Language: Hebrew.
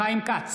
חיים כץ,